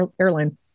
airline